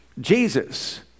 Jesus